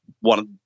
one